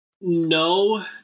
No